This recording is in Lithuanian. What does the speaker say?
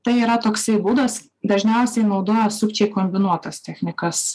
tai yra toksai būdas dažniausiai naudoja sukčiai kombinuotas technikas